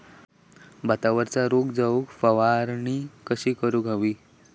भातावरचो रोग जाऊक फवारणी कशी करूक हवी?